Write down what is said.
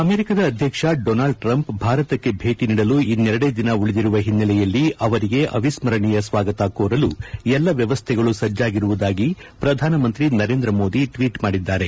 ಅಮೆರಿಕದ ಅಧ್ಯಕ್ಷ Donald Trump ಭಾರತಕ್ಕೆ ಭೇಟ ನೀಡಲು ಇನ್ನೆರಡೇ ದಿನ ಉಳಿದಿರುವ ಹಿನ್ನೆಲೆಯಲ್ಲಿ ಅವರಿಗೆ ಅವಿಸ್ಸರಣೀಯ ಸ್ವಾಗತ ಕೋರಲು ಎಲ್ಲಾ ವ್ವವಸ್ಥೆಗಳು ಸಜ್ಜಾಗಿರುವುದಾಗಿ ಪ್ರಧಾನಮಂತ್ರಿ ನರೇಂದ್ರ ಮೋದಿ ಟ್ವೀಟ್ ಮಾಡಿದ್ದಾರೆ